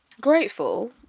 Grateful